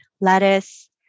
lettuce